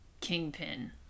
kingpin